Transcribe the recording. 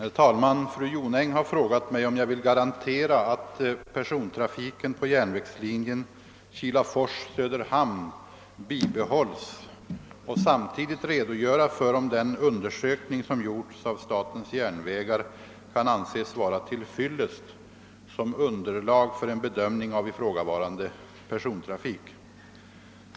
Herr talman! Fru Jonäng har frågat mig om jag vill garantera att persontrafiken på järnvägslinjen Kilafors—Söderhamn bibehålls och samtidigt redogöra för om den undersökning som gjorts av statens järnvägar kan anses vara till fyllest som underlag för en bedömning av ifrågavarande persontrafik.